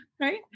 Right